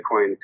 Bitcoin